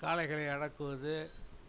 காளைகளை அடக்குவது